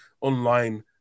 online